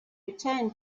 return